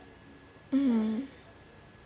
mmhmm